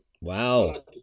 Wow